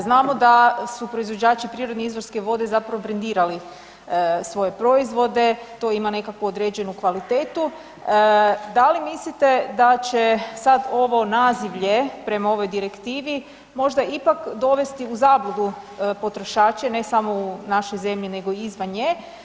Znamo da su proizvođači prirodne izvorske vode zapravo brendirali svoje proizvode, to ima nekakvu određenu kvalitetu, da li mislite da će sad ovo nazivlje prema ovoj direktivi možda ipak dovesti u zabludu potrošače, ne samo u našoj zemlji nego i izvan nje?